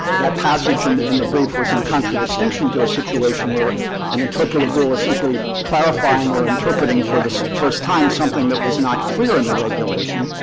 that passage and in the brief was in contradistinction to a situation where an interpretative rule is simply clarifying or interpreting for the first time something that was not clear in the regulation.